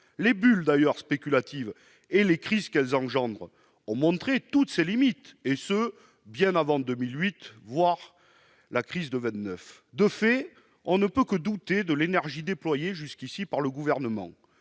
Les bulles spéculatives et les crises qu'elles engendrent ont montré toutes les limites de ce secteur, et ce bien avant 2008, voire 1929. De fait, on ne peut que douter de l'énergie déployée jusqu'ici par le Gouvernement.